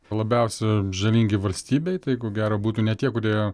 labiausia žalingi valstybei tai ko gero būtų ne tie kurie